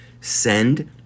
Send